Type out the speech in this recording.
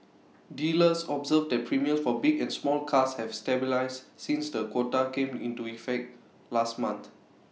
dealers observed that premiums for big and small cars have stabilised since the quota came into effect last month